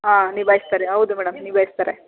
ಹಾಂ ನಿಭಾಯಿಸ್ತಾರೆ ಹೌದು ಮೇಡಮ್ ನಿಭಾಯಿಸ್ತಾರೆ